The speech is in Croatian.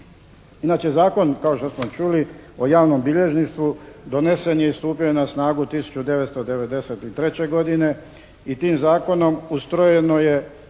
Inače zakon kao što smo čuli o javnom bilježništvu donesen je i stupio na snagu 1993. godine i tim zakonom ustrojena je